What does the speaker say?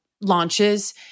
launches